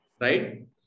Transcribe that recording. right